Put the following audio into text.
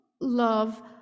love